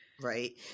Right